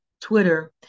Twitter